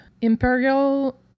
imperial